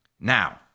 Now